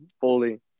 fully